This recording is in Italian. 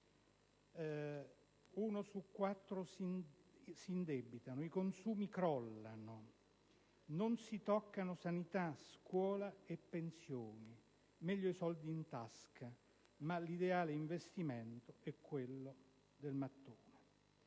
uno su quattro si indebita; i consumi crollano; non si toccano sanità, scuola e pensioni; meglio i soldi in tasca, ma l'ideale investimento è quello del mattone.